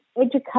education